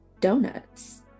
donuts